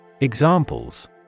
Examples